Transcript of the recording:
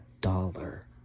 dollar